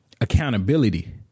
accountability